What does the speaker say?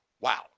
wow